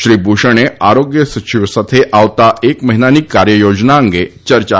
શ્રી ભુષણે આરોગ્ય સચિવો સાથે આવતા એક મહિનાની કાર્ય યોજના અંગે ચર્ચા કરી હતી